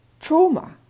trauma